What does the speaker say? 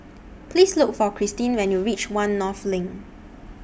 Please Look For Cristine when YOU REACH one North LINK